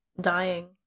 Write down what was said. dying